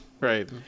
Right